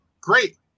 Great